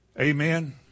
Amen